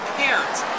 parents